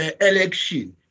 election